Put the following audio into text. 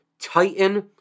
Titan